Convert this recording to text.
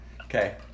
Okay